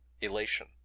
elation